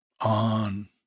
on